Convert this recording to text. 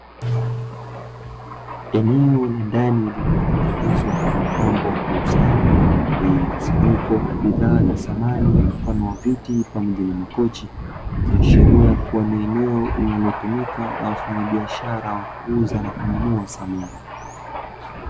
Eneo la ndani lililotengenezwa na kupambwa kwa ustadi, lenye mkusanyiko wa bidhaa za samani, mfano wa viti pamoja na makochi, ikiashiria kuwa ni eneo linalotumika na wafanyabiashara wa kuuza au kununua samani.